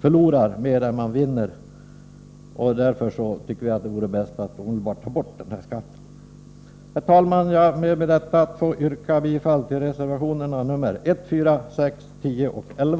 förlorar mer än det vinner, och därför tycker vi att det vore bäst att omedelbart ta bort skatten. Herr talman! Jag ber att få yrka bifall till reservationerna 1,4, 6, 10 och 11.